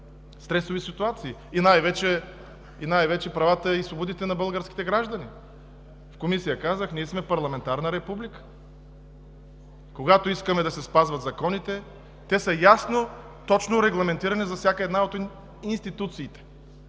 стресови ситуации, и най-вече правата и свободите на българските граждани. В Комисията казах – ние сме парламентарна република. Искаме да се спазват законите – те са ясно, точно регламентирани за всяка една от институциите.